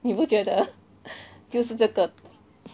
你不觉得 就是这个